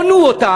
הונו אותם.